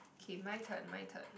okay my turn my turn